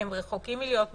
הם רחוקים מלהיות מושלמים,